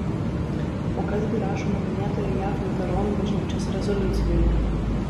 o kas gi rašoma minėtoje jav liuteronų bažnyčios rezoliucijoje